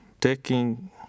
Taking